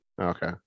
Okay